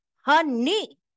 honey